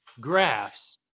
graphs